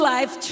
Life